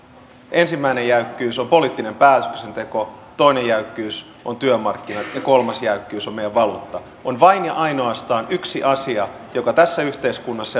ensimmäinen jäykkyys on poliittinen päätöksenteko toinen jäykkyys on työmarkkinat ja kolmas jäykkyys on meidän valuutta on vain ja ainoastaan yksi asia joka tässä yhteiskunnassa